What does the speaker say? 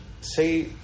Say